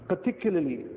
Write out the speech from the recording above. Particularly